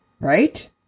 right